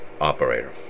operator